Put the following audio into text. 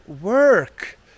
work